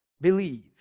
Believe